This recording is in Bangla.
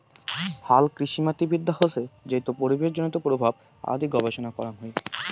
হালকৃষিমাটিবিদ্যা হসে যেইটো পরিবেশজনিত প্রভাব আদি গবেষণা করাং হই